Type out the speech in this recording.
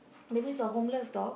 that means a homeless dog